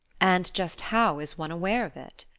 and just how is one aware of it?